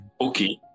okay